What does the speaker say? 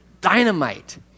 dynamite